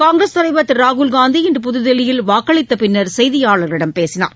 காங்கிரஸ் தலைவர் திரு ராகுல்காந்தி இன்று புதுதில்லியில் வாக்களித்தபின்னர் செய்தியாளர்களிடம் பேசினார்